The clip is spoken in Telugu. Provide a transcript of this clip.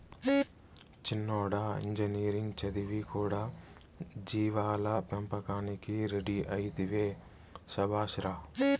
చిన్నోడా ఇంజనీరింగ్ చదివి కూడా జీవాల పెంపకానికి రెడీ అయితివే శభాష్ రా